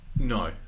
No